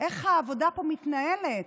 איך העבודה פה מתנהלת.